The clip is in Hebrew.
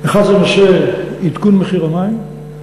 האחד זה נושא עדכון מחיר המים,